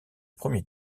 premier